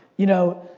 you know,